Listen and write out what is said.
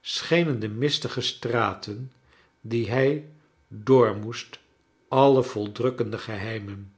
schenen de mistige straten die hij door moest alle vol drukkende geheimen